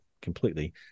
completely